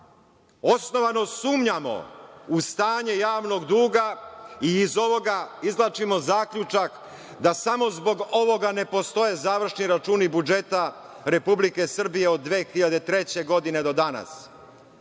osnovano sumnjamo u stanje javnog duga i iz ovoga izvlačimo zaključak da samo zbog ovoga ne postoje završni računi budžeta Republike Srbije od 2003. godine do danas.